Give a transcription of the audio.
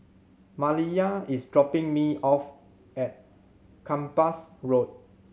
Maliyah is dropping me off at Kempas Road